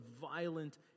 violent